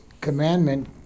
commandment